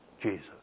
Jesus